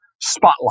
spotlight